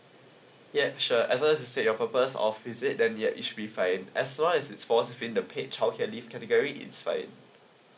yup sure at first you say your purpose of visit then yet it should be fine as long as it's for the paid childcare leave category it is fine